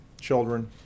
children